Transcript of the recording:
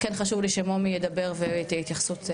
וכן חשוב לי שמומי ידבר ותהיה התייחסות,